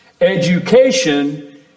education